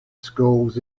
schools